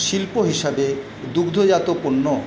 শিল্প হিসাবে দুগ্ধজাত পণ্য